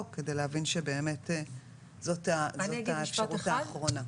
כדי להבין שבאמת זאת האפשרות האחרונה.